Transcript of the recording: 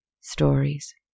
Stories